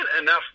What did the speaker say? enough